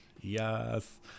Yes